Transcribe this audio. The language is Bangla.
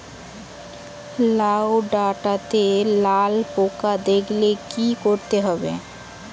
লাউ ডাটাতে লাল পোকা দেখালে কি করতে হবে?